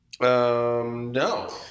no